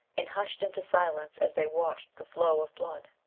and hushed into silence as they watched the flow of blood.